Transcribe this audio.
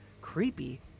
creepy